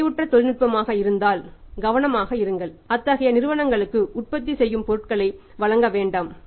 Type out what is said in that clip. இது நிறைவுற்ற தொழில்நுட்பமாக இருந்தால் கவனமாக இருங்கள் அத்தகைய நிறுவனங்களுக்கு உற்பத்தி செய்யும் பொருட்களை வழங்க வேண்டாம்